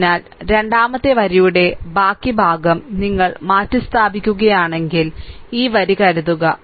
അതിനാൽ രണ്ടാമത്തെ വരിയുടെ ബാക്കി ഭാഗം നിങ്ങൾ മാറ്റിസ്ഥാപിക്കുകയാണെങ്കിൽ ഈ വരി കരുതുക